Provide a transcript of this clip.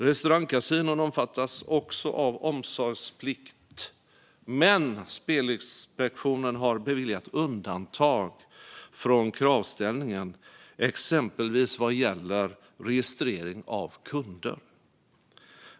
Restaurangkasinon omfattas också av omsorgsplikt, men Spelinspektionen har beviljat undantag från kravställningen, exempelvis vad gäller registrering av kunder.